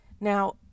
Now